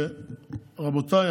רבותיי,